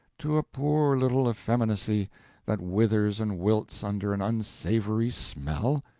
to a poor little effeminacy that withers and wilts under an unsavoury smell?